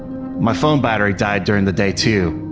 my phone battery died during the day, too.